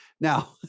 Now